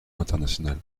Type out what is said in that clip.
international